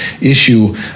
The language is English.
issue